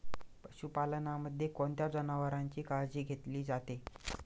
पशुपालनामध्ये कोणत्या जनावरांची काळजी घेतली जाते?